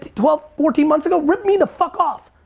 twelve, fourteen months ago, ripped me the fuck off!